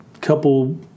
couple